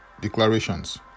declarations